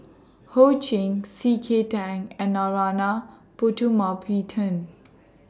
Ho Ching C K Tang and Narana Putumaippittan